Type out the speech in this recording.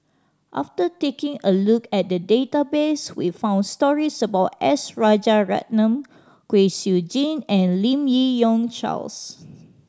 after taking a look at the database we found stories about S Rajaratnam Kwek Siew Jin and Lim Yi Yong Charles